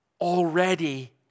already